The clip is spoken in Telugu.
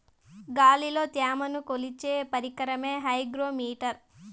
గాలిలో త్యమను కొలిచే పరికరమే హైగ్రో మిటర్